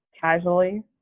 casually